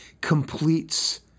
completes